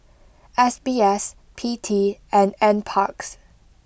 S B S P T and N Parks